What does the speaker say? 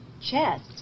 Chest